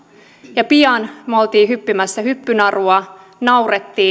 ja pian me olimme hyppimässä hyppynarua nauroimme